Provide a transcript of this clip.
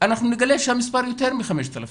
אנחנו נגלה שהמספר יותר מ-5,000.